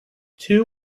two